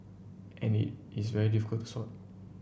and it's very difficult to sort